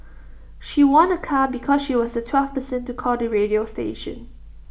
she won A car because she was the twelfth person to call the radio station